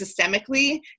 systemically